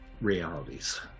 realities